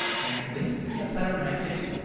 and when you see a pattern like this,